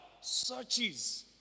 searches